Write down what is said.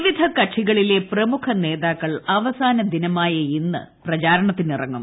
വിവിധ കക്ഷികളിലെ പ്രമുഖ ന്ളേത്ാക്കൾ അവസാന ദിനമായ ഇന്ന് പ്രചാരണത്തിനിറങ്ങും